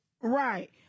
Right